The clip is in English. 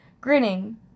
grinning